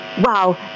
wow